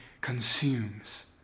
consumes